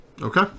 okay